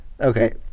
Okay